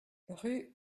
rue